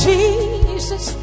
Jesus